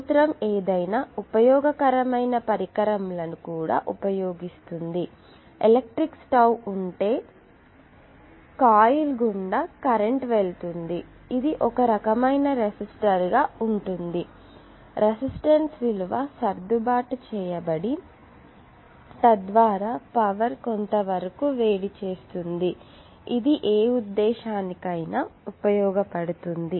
సూత్రం ఏదైనా ఉపయోగకరమైన పరికరం లను కూడా ఉపయోగిస్తుంది ఎలక్ట్రిక్ స్టవ్ ఉంటే ఏమి జరుగుతుంది అంటే కాయిల్ గుండా కరెంట్ వెళుతుంది ఇది ఒకరకమైన రెసిస్టర్గా ఉంటుంది రెసిస్టెన్స్ విలువ సర్దుబాటు చేయబడి తద్వారా పవర్ కొంత వరకు వేడి చేస్తుంది ఇది ఏ ఉద్దేశానికైనా ఉపయోగపడుతుంది